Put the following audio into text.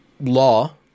law